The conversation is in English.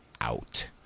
out